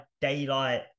daylight